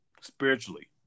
spiritually